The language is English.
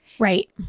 Right